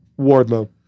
Wardlow